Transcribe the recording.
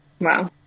Wow